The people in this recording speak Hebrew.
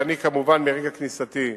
ואני, כמובן, מרגע כניסתי,